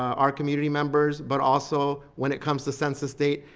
our community members, but also when it comes to census day,